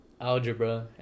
Algebra